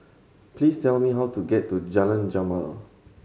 please tell me how to get to Jalan Jamal